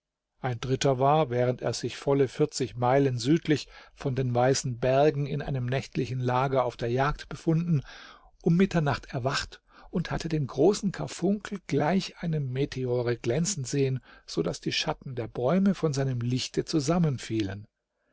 ein dritter war während er sich volle vierzig meilen südlich von den weißen bergen in einem nächtlichen lager auf der jagd befunden um mitternacht erwacht und hatte den großen karfunkel gleich einem meteore glänzen sehen so daß die schatten der bäume von seinem lichte